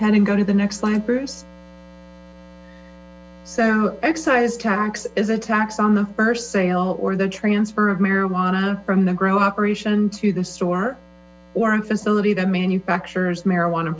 ahead and go to the next libres so excise tax is a tax on the first sale or a transfer of marijuana from the grow operation to the store or a facility that manufactures marijuana